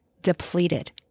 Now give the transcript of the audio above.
depleted